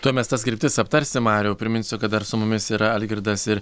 tuoj mes tas kryptis aptarsim mariau priminsiu kad dar su mumis yra algirdas ir